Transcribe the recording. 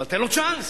אבל תן לו צ'אנס,